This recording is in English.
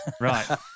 Right